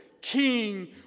King